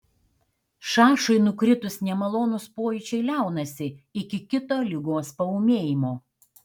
šašui nukritus nemalonūs pojūčiai liaunasi iki kito ligos paūmėjimo